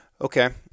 Okay